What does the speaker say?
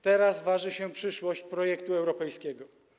Teraz waży się przyszłość projektu europejskiego.